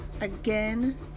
again